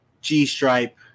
g-stripe